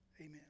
Amen